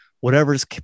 whatever's